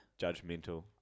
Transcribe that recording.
Judgmental